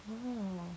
oh